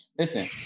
Listen